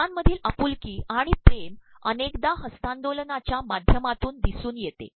लोकांमधील आपुलकी आणण िेम अनेकदा हस्त्तांदोलनाच्या माध्यमातून द्रदसून येते